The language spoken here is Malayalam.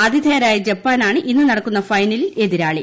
ആതിഥേയരായ ജപ്പാനാണ് ഇന്ന് നടക്കുന്ന ഫൈനലിൽ എതിരാളി